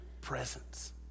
presence